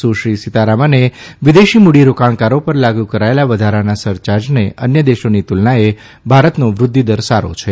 સુશ્રી સીતારમણે વિદેશી મૂડીરોકાણકારો પર લાગુ કરેલા વધારાના સરયાજને અન્ય દેશોની તુલનાએ ભારતનો વૃદ્ધિદર સારો છે